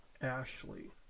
Ashley